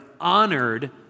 honored